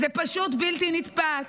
זה פשוט בלתי נתפס.